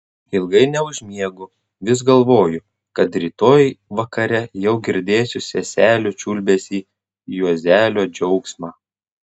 ilgai neužmiegu vis galvoju kad rytoj vakare jau girdėsiu seselių čiulbesį juozelio džiaugsmą